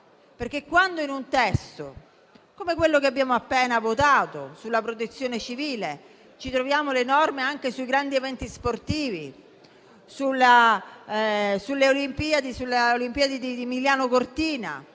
Quando in un testo come quello che abbiamo appena votato sulla protezione civile ci troviamo le norme anche sui grandi eventi sportivi, sulle Olimpiadi di Milano Cortina,